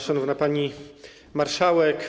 Szanowna Pani Marszałek!